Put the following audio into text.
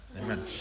Amen